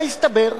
מה הסתבר?